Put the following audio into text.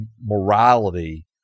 morality